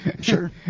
sure